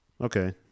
okay